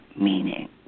meaning